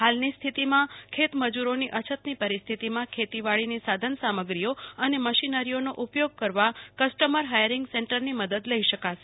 હાલની સ્થિતિમાં ખેત મજુરોની અછતની પરિસ્થિતિમાં ખેતીવાડીની સાધન સામગ્રીઓ અને મશીનરીઓનો ઉપયોગ કરવા કસ્ટમર હાઈરિંગ સેન્ટરની મદદ લઈ શકે છે